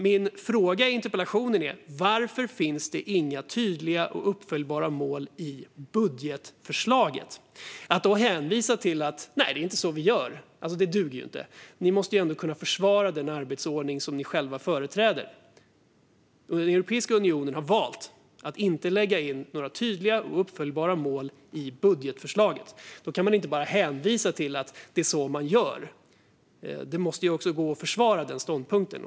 Min fråga i interpellationen var nämligen: Varför finns det inga tydliga och uppföljbara mål i budgetförslaget? Att då hänvisa till att det inte är så man gör duger ju inte. Man måste ändå kunna försvara den arbetsordning man själv företräder. Europeiska unionen har valt att inte lägga in några tydliga och uppföljbara mål i budgetförslaget, och då kan man inte bara hänvisa till att det är så man gör - det måste också gå att försvara den ståndpunkten.